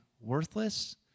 worthless